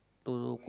to